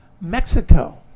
Mexico